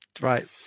Right